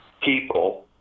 people